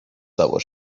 سوار